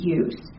use